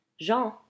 Jean